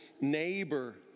neighbor